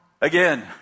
again